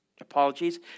Apologies